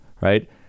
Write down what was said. right